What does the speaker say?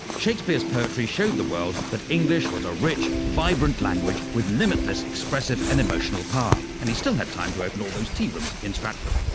shakespeare's poetry showed the world that english was a rich, vibrant language with limitless expressive and emotional power, and he still had time to open all those tea rooms in stratford.